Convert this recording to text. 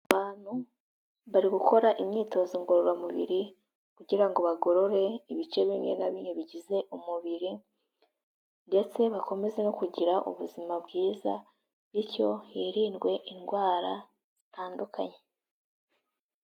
Abantu bari gukora imyitozo ngororamubiri kugira ngo bagorore ibice bimwe na bimwe bigize umubiri ndetse bakomeze no kugira ubuzima bwiza bityo hirindwe indwara zitandukanye.